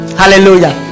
hallelujah